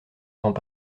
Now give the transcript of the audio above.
grands